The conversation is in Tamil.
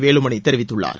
வேலுமணி தெரிவித்துள்ளார்